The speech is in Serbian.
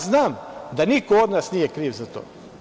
Znam da niko od nas nije kriv za to.